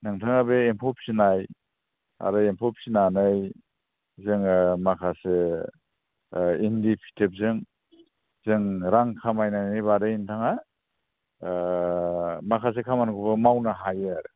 नोंथाङा बे एम्फौ फिनाय आरो एम्फौ फिनानै जोङो माखासे ओ इन्दि फिथोबजों जों रां खामायनायनि बारै नोंथाङा ओ माखासे खामानिखौबो मावनो हायो आरो औ